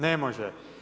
Ne može.